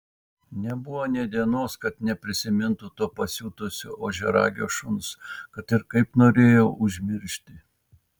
nebuvo nė dienos kad neprisimintų to pasiutusio ožiaragio šuns kad ir kaip norėjo užmiršti